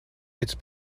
mit